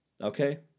Okay